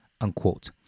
unquote